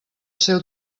seu